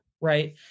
Right